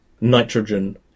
nitrogen